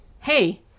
Hey